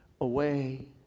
away